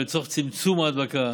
ולצורך צמצום ההדבקה